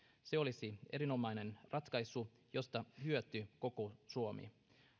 se olisi erinomainen ratkaisu josta hyötyy koko suomi